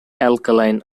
alkaline